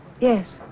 Yes